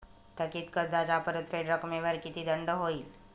थकीत कर्जाच्या परतफेड रकमेवर किती दंड होईल?